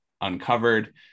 uncovered